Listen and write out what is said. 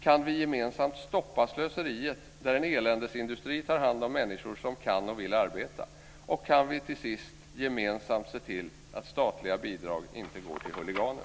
Kan vi gemensamt stoppa slöseriet där en eländesindustri tar hand om människor som kan och vill arbeta? Kan vi gemensamt se till att statliga bidrag inte går till huliganer?